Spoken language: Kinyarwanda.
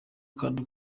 kandi